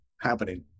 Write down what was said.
happening